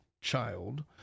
child